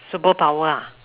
superpower ah